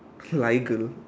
leagle